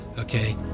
Okay